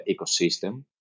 ecosystem